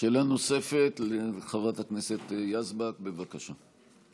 שאלה נוספת לחברת הכנסת יזבק, בבקשה.